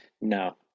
no